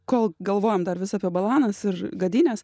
kol galvojom dar vis apie balanas ir gadynes